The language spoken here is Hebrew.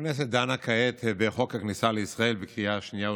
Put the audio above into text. הכנסת דנה כעת בחוק הכניסה לישראל לקריאה שנייה ושלישית.